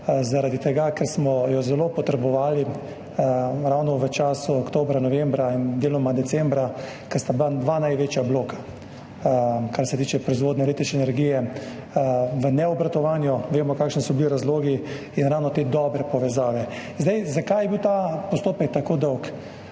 zaradi tega ker smo jo zelo potrebovali ravno v času oktobra, novembra in deloma decembra, ko sta bila dva največja bloka, kar se tiče proizvodnje električne energije, v neobratovanju, vemo, kakšni so bili razlogi, in ravno te dobre povezave. Zakaj je bil ta postopek tako dolg?